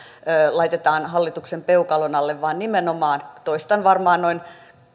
laitetaan hallituksen peukalon alle vaan nimenomaan toistan varmaan noin